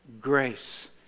Grace